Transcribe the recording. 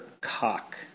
cock